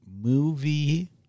movie